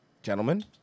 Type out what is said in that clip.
Gentlemen